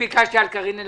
ביקשתי על קארין אלהרר.